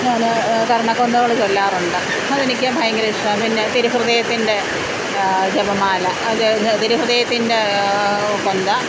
ഞാൻ കര്ണ കൊന്തകൾ ചൊല്ലാറുണ്ട് അതെനിക്ക് ബയ്ങ്കര ഇഷ്ടമാണ് പിന്നെ തിരുഹൃദയത്തിൻ്റെ ജപമാല അത് തിരുഹൃദയത്തിൻ്റെ കൊന്ത